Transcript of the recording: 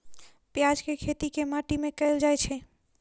प्याज केँ खेती केँ माटि मे कैल जाएँ छैय?